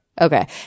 Okay